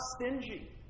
stingy